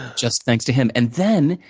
just thanks to him. and then,